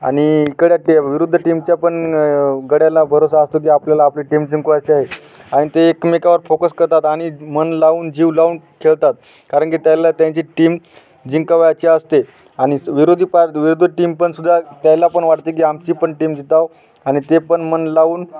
आणि इकडे त्या विरुद्ध टीमच्या पण गड्याला भरोसा असतो की आपल्याला आपली टीम जिंकवायचे आहे आणि ते एकमेकावर फोकस करतात आणि मन लावून जीव लावून खेळतात कारण की त्याला त्यांची टीम जिंकवायची असते आणि विरोधी पार विरुद्ध टीम पण सुद्धा त्याला पण वाटते की आमची पण टीम जितावं आणि ते पण मन लावून